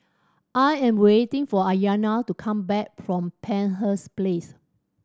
I am waiting for Ayana to come back from Penshurst Place